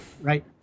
Right